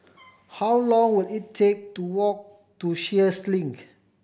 how long will it take to walk to Sheares Link